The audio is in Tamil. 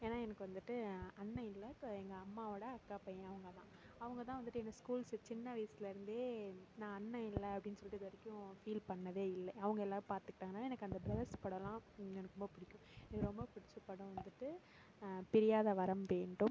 ஏன்னா எனக்கு வந்துட்டு அண்ணன் இல்லை ஸோ எங்கள் அம்மாவோடய அக்கா பையன் அவங்க தான் அவங்க தான் வந்துட்டு என்னை ஸ்கூல்ஸு சின்ன வயதில் இருந்தே நான் அண்ணன் இல்லை அப்படின்னு சொல்லிட்டு இது வரைக்கும் ஃபீல் பண்ணதே இல்லை அவங்க எல்லாம் பார்த்துக்கிட்டாங்க எனக்கு அந்த ப்ரதர்ஸ் படம்லாம் எனக்கு ரொம்ப பிடிக்கும் எனக்கு ரொம்ப பிடிச்ச படம் வந்துட்டு பிரியாத வரம் வேண்டும்